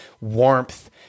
warmth